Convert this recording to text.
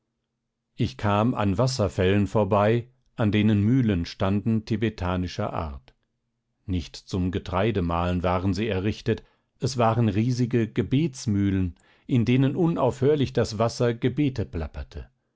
ich kam an wasserfällen vorbei an denen mühlen standen tibetanischer art nicht zum getreidemahlen waren sie errichtet es waren riesige gebetsmühlen in denen unaufhörlich das wasser gebete plapperte